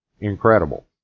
Incredible